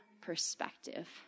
perspective